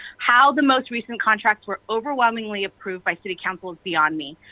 how the most recent contracts were overwhelmingly approved by city council is beyond me.